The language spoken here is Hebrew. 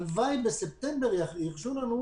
הלוואי שבספטמבר ירשו לנו.